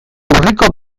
urriko